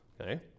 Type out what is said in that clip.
Okay